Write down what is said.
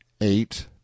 eight